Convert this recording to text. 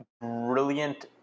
brilliant